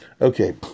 Okay